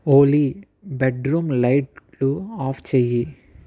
ఓలీ bedroom లైట్లు off చెయ్యి